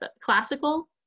classical